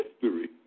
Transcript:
history